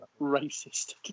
racist